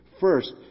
First